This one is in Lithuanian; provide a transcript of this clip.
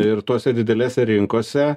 ir tose didelėse rinkose